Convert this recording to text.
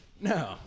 No